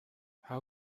how